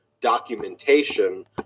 documentation